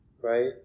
right